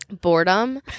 boredom